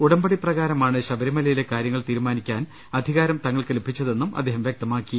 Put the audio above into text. ഉടമ്പടി പ്രകാരമാണ് ശബരിമലയിലെ കാര്യങ്ങൾ തീരുമാനിക്കാൻ അധി കാരം തങ്ങൾക്ക് ലഭിച്ചതെന്നും അദ്ദേഹം വൃക്തമാക്കി